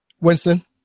Winston